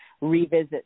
revisit